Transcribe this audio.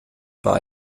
war